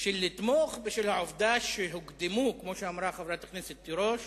לתמוך בשל העובדה, כמו שאמרה חברת הכנסת תירוש,